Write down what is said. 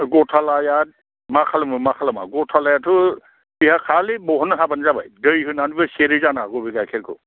गथालाया मा खालामो मा खालामा गथालायाथ' बेहा खालि दिहुननो हाबानो जाबाय दै होनानैबो सेरो जानो हागौ बे गाइखेरखौ